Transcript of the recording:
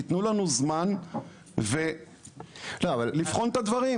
תתנו לנו זמן לבחון את הדברים.